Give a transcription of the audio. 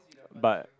but